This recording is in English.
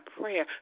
prayer